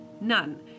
None